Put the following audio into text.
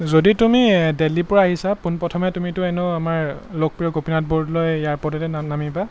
যদি তুমি দেল্হিৰপৰা আহিছা পোনপ্ৰথমে তুমিতো এনেও আমাৰ লোকপ্ৰিয় গোপীনাথ বৰদলৈ এয়াৰপৰ্টতে নামিবা